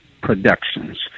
Productions